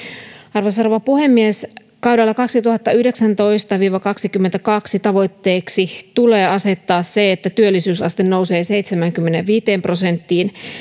arvoisa rouva puhemies kaudella kaksituhattayhdeksäntoista viiva kahdeksikymmeneksikahdeksi tavoitteeksi tulee asettaa se että työllisyysaste nousee seitsemäänkymmeneenviiteen prosenttiin